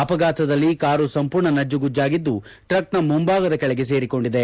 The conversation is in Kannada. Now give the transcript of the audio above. ಅಪಘಾತದಲ್ಲಿ ಕಾರು ಸಂಪೂರ್ಣ ನಜ್ಜಗುಜ್ಜಾಗಿದ್ದು ಟ್ರಕ್ನ ಮುಂಭಾಗದ ಕೆಳಗೆ ಸೇರಿಕೊಂಡಿದೆ